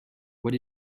what